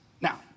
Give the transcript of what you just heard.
Now